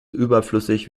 überflüssig